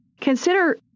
consider